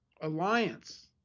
alliance